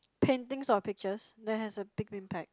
paintings or the pictures that has a big impact